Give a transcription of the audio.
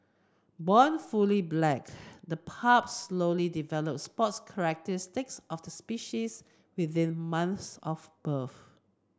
born fully black the pups slowly develop spots characteristics of the species within months of birth